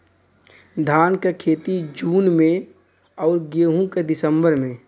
धान क खेती जून में अउर गेहूँ क दिसंबर में?